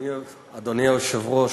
אדוני היושב-ראש,